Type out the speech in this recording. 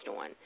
on